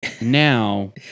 now